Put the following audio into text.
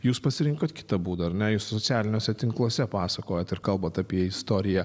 jūs pasirinkot kitą būdą ar ne jūs socialiniuose tinkluose pasakojat ir kalbat apie istoriją